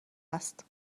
هست